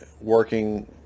working